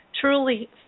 truly